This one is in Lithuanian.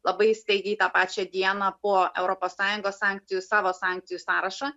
labai staigiai tą pačią dieną po europos sąjungos sankcijų savo sankcijų sąrašą